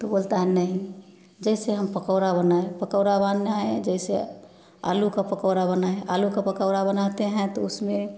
तो बोलता है नहीं जैसे हम पकौड़ा बनाएँ पकौड़ा बनाए जैसे आलू का पकौड़ा बनाए आलू का पकौड़ा बनाते हैं तो उसमें